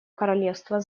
королевства